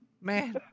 Man